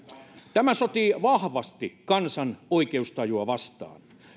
tämä sotii vahvasti kansan oikeustajua vastaan